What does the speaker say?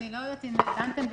אני לא יודעת אם דנתם בזה,